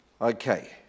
Okay